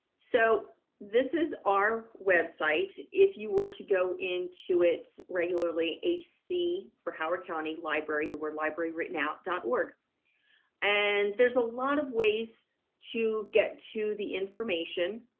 so this is our website. if you were to go into it regularly hc for our county library. the word library written out dot org and there's a lot of ways to get to the information